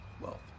wealth